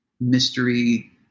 mystery